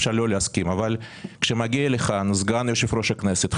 אפשר לא להסכים אבל כמגיע לכאן סגן יושב ראש הכנסת,